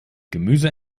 gemüse